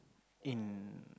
in